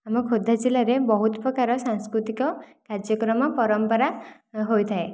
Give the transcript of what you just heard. ଆମ ଖୋର୍ଦ୍ଧା ଜିଲ୍ଲାରେ ବହୁତ ପ୍ରକାର ସାଂସ୍କୃତିକ କାର୍ଯ୍ୟକ୍ରମ ପରମ୍ପରା ହୋଇଥାଏ